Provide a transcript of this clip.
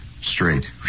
straight